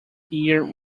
year